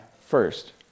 first